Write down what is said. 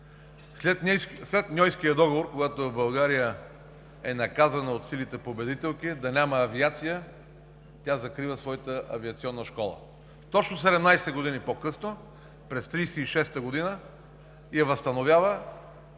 След Ньойския договор, когато България е наказана от силите-победителки да няма авиация, тя закрива своята Авиационна школа. Точно 17 години по-късно – през 1936 г., я възстановява,